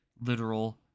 literal